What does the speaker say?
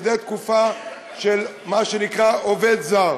שזה תקופה של מה שנקרא עובד זר.